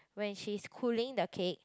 when she's cooling the cake